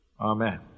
Amen